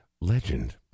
legend